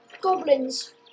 Goblins